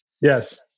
Yes